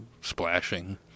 splashing